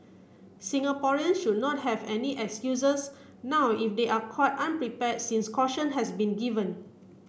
Singaporean should not have any excuses now if they are caught unprepared since caution has been given